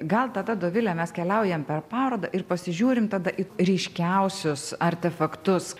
gal tada dovile mes keliaujam per parodą ir pasižiūrim tada ryškiausius artefaktus